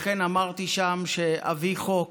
לכן אמרתי שם שאביא חוק